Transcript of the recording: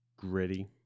gritty